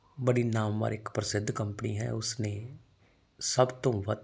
ਬੜੀ ਨਾਮਵਰ ਇਕ ਪ੍ਰਸਿੱਧ ਕੰਪਨੀ ਹੈ ਉਸਨੇ ਸਭ ਤੋਂ ਵੱਧ